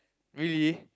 really